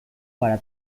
para